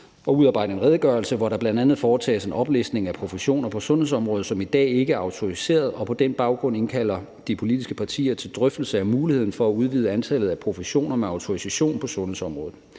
at udarbejde en redegørelse, hvor der bl.a. foretages en oplistning af professioner på sundhedsområdet, som i dag ikke er autoriserede, og på den baggrund indkalder de politiske partier til drøftelse af muligheden for at udvide antallet af professioner med autorisation på sundhedsområdet.